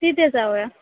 तिथे जाऊया